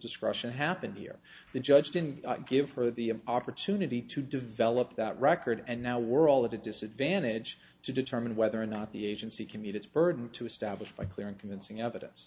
discretion happened here the judge didn't give her the opportunity to develop that record and now we're all a disadvantage to determine whether or not the agency commute its burden to establish by clear and convincing evidence